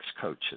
coaches